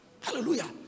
Hallelujah